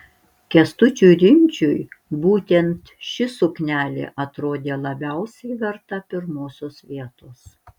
kęstučiui rimdžiui būtent ši suknelė atrodė labiausiai verta pirmosios vietos